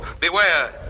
Beware